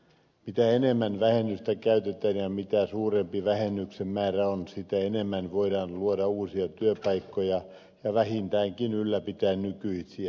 mitä enemmän vähennystä käytetään ja mitä suurempi vähennyksen määrä on sitä enemmän voidaan luoda uusia työpaikkoja ja vähintäänkin ylläpitää nykyisiä